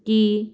ਕਿ